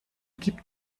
gibt